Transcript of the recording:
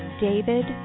David